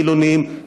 חילונים,